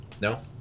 No